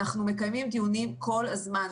אנחנו מקיימים דיונים כל הזמן.